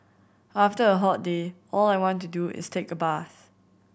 after a hot day all I want to do is take a bath